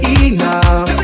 enough